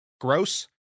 gross